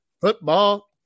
Football